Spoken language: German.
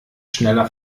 schneller